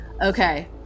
okay